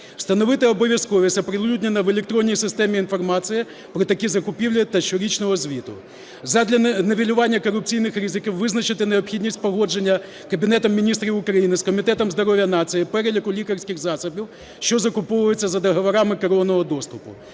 Встановити обов'язковість оприлюднення в електронній системі інформації про такі закупівлі та щорічного звіту. Задля нівелювання корупційних ризиків визначити необхідність погодження Кабінетом Міністрів України з Комітетом здоров'я нації переліку лікарських засобів, що закуповуються за договорами керованого доступу.